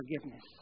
forgiveness